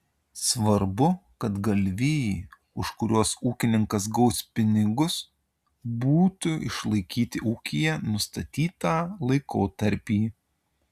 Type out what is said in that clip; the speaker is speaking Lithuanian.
svarbu kad galvijai už kuriuos ūkininkas gaus pinigus būtų išlaikyti ūkyje nustatytą laikotarpį